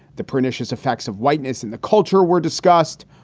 the pernicious effects of whiteness in the culture were discussed.